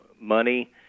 money